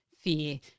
fear